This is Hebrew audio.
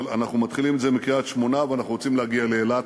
אבל אנחנו מתחילים את זה מקריית-שמונה ואנחנו רוצים להגיע לאילת,